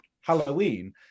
Halloween